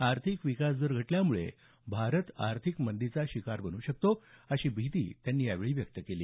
आर्थिक विकास दर घटल्यामुळं भारत आर्थिक मंदीचा शिकार बनू शकतो अशी भिती त्यांनी यावेळी व्यक्त केली